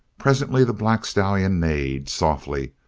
presently the black stallion neighed softly,